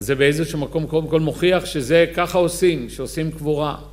זה באיזשהו מקום קודם כל מוכיח שזה ככה עושים, שעושים קבורה.